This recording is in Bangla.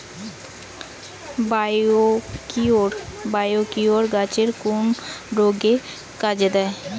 বায়োকিওর গাছের কোন রোগে কাজেদেয়?